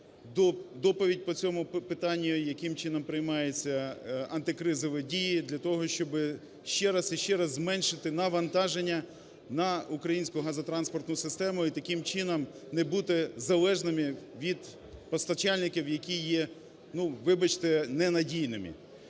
доповідь по цьому питанню, яким чином приймаються антикризові дії для того, щоб ще раз і ще раз зменшити навантаження на українську газотранспортну систему і таким чином не бути залежними від постачальників, які є, ну, вибачте, ненадійними.